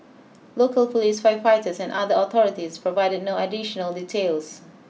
local police firefighters and other authorities provided no additional details